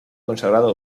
consagrado